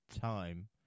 time